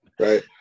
right